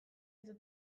eta